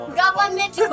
government